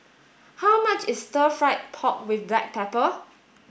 how much is stir fried pork with black pepper